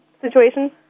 situation